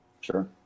Sure